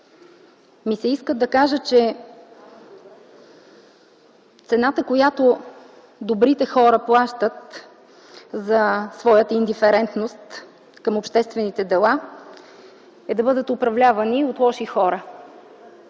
ми се да кажа, че цената, която добрите хора плащат за своята индиферентност към обществените дела, е да бъдат управлявани от лоши хора.